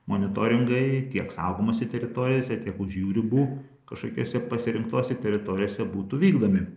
monitoringai tiek saugomose teritorijose tiek už jų ribų kažkokiose pasirinktose teritorijose būtų vykdomi